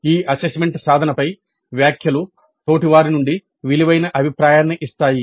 ఈ అసెస్మెంట్ సాధనపై వ్యాఖ్యలు తోటివారి నుండి విలువైన అభిప్రాయాన్ని ఇస్తాయి